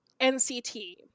NCT